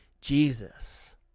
Jesus